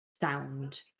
sound